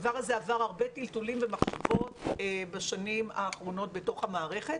הדבר הזה עבר הרבה טלטולים ומחשבות בשנים האחרונות בתוך המערכת.